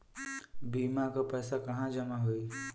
बीमा क पैसा कहाँ जमा होई?